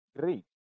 great